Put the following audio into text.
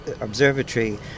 Observatory